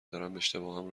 دارم، اشتباهم